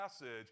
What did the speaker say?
message